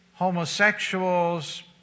homosexuals